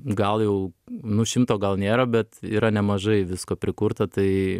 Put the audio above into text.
gal jau nu šimto gal nėra bet yra nemažai visko prikurta tai